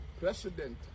president